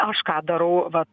aš ką darau va